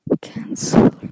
cancel